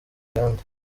nganda